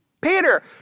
Peter